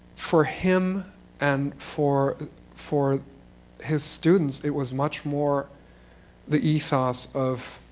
for him and for for his students it was much more the ethos of